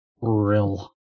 real